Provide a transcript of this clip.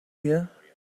here